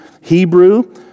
Hebrew